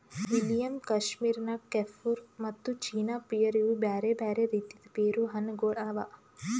William, Kashmir Nakh, Kieffer ಮತ್ತ China pear ಇವು ಬ್ಯಾರೆ ಬ್ಯಾರೆ ರೀತಿದ್ ಪೇರು ಹಣ್ಣ ಗೊಳ್ ಅವಾ